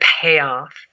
payoff